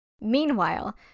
Meanwhile